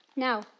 Now